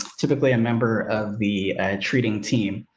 typically a member of the treating team.